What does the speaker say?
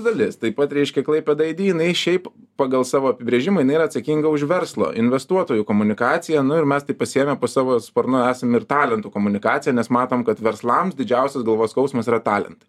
dalis taip pat reiškia klaipėda aidi jinai šiaip pagal savo apibrėžimą jinai yra atsakinga už verslo investuotojų komunikaciją nu ir mes taip pasiėmę po savo sparnu esam ir talentų komunikaciją nes matom kad verslams didžiausias galvos skausmas yra talentai